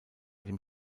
dem